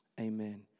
amen